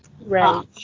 Right